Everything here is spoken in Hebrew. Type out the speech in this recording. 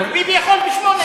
רק ביבי יכול ב-20:00?